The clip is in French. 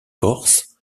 corse